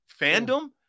Fandom